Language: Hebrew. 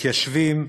מתיישבים,